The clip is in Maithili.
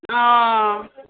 हॅं